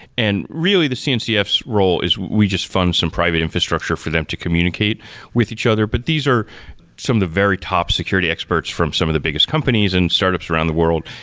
and really the cncf's role is we just fund some private infrastructure for them to communicate with each other, but these are some of the very top security experts from some of the biggest companies and startups around the world.